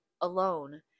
alone